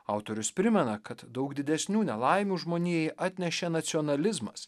autorius primena kad daug didesnių nelaimių žmonijai atnešė nacionalizmas